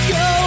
go